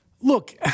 Look